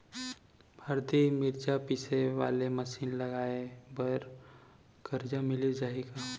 हरदी, मिरचा पीसे वाले मशीन लगाए बर करजा मिलिस जाही का?